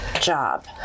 job